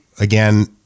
Again